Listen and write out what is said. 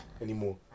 anymore